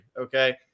okay